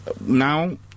now